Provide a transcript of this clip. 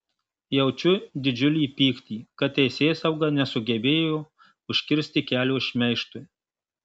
jaučiu didžiulį pyktį kad teisėsauga nesugebėjo užkirsti kelio šmeižtui